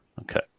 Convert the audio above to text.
Okay